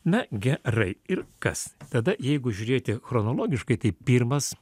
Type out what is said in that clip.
na gerai ir kas tada jeigu žiūrėti chronologiškai tai pirmas